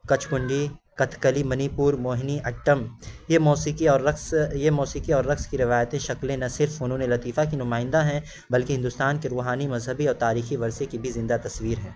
کچھمنڈی Kathakali Manipur Mohiniyattam یہ موسیقی اور رقص یہ موسیقی اور رقص کی روایت شکلیں نہ صرف فنون لطیفہ کی نمائندہ ہیں بلکہ ہندوستان کے روحانی مذہبی اور تاریخی ورثے کی بھی زندہ تصویر ہیں